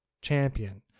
Champion